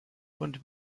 und